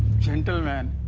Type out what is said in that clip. gentleman,